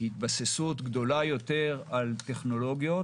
להתבססות גדולה יותר על טכנולוגיות.